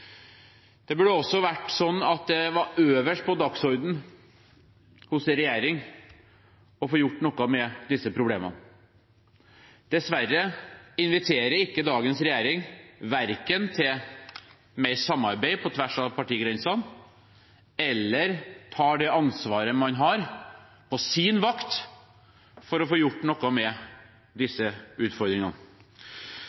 Det burde vært øverst på dagsordenen hos en regjering å få gjort noe med disse problemene. Dessverre verken inviterer dagens regjering til mer samarbeid på tvers av partigrensene eller tar det ansvaret man har på sin vakt, for å få gjort noe med